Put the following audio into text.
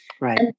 Right